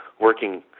Working